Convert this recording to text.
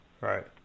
right